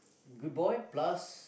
good boy plus